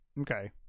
okay